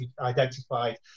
identified